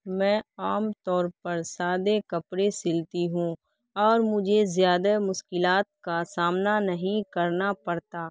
میں عام طور پر سادے کپڑے سلتی ہوں اور مجھے زیادہ مشکلات کا سامنا نہیں کرنا پڑتا